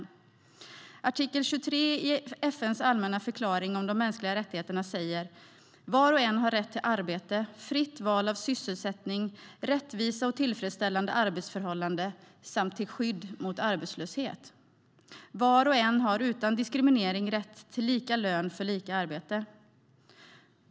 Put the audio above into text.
I artikel 23 i FN:s allmänna förklaring om de mänskliga rättigheterna står det: Var och en har rätt till arbete, fritt val av sysselsättning, rättvisa och tillfredsställande arbetsförhållanden samt till skydd mot arbetslöshet. Var och en har utan diskriminering rätt till lika lön för lika arbete.